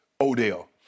Odell